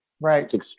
Right